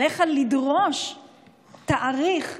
עליך לדרוש תאריך,